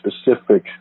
specific